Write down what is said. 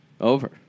over